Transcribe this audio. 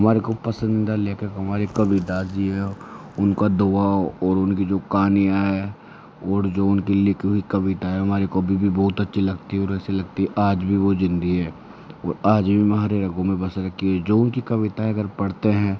हमारे को पसंदीदा लेखक हमारे कबीरदास जी है उनका दोहा और उनकी जो कहानियाँ है और जो उनकी लिखी हुई कविता है हमारे को अभी भी बहुत अच्छी लगती है और ऐसे लगती है आज भी वो ज़िंदा है और आज भी म्हारे रगों मे बस रखी है जो उनकी कविताएँ अगर पढ़ते हैं